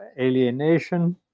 alienation